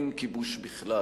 אין כיבוש בכלל.